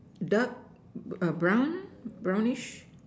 dark brown brownish